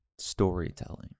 Storytelling